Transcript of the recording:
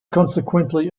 consequently